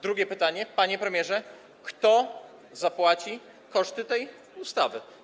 Drugie pytanie: Panie premierze, kto poniesie koszty tej ustawy?